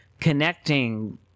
connecting